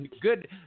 good